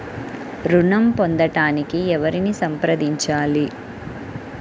ఋణం పొందటానికి ఎవరిని సంప్రదించాలి?